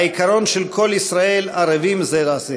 העיקרון של כל ישראל ערבים זה לזה